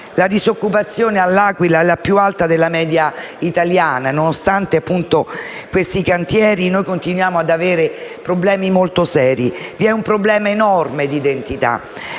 La disoccupazione all'Aquila è molto più alta della media italiana. Nonostante questi cantieri, noi continuiamo ad avere problemi molto seri. Vi è un problema enorme di identità.